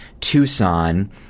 Tucson